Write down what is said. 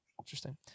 Interesting